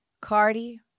Cardi